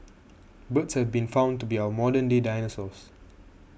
birds have been found to be our modern day dinosaurs